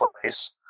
place –